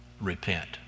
repent